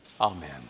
Amen